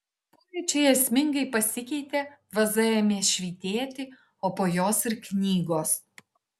pojūčiai esmingai pasikeitė vaza ėmė švytėti o po jos ir knygos